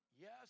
yes